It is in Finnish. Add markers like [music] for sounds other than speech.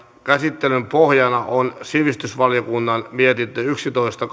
käsittelyn pohjana on sivistysvaliokunnan mietintö yksitoista [unintelligible]